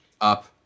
up